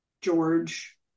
George